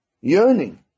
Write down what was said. yearning